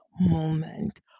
moment